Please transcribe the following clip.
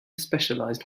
specialized